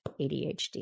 ADHD